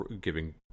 giving